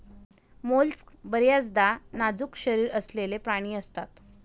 mollusc बर्याचदा नाजूक शरीर असलेले प्राणी असतात